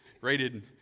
Rated